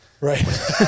Right